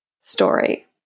story